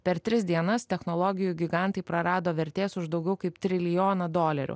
per tris dienas technologijų gigantai prarado vertės už daugiau kaip trilijoną dolerių